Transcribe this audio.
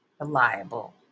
reliable